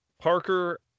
parker